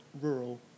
rural